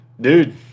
dude